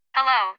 Hello